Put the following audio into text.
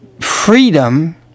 freedom